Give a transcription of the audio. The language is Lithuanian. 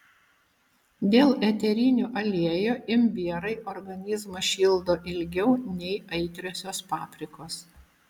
dėl eterinių aliejų imbierai organizmą šildo ilgiau nei aitriosios paprikos